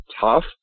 tough